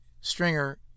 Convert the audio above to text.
Stringer